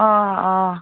অঁ অঁ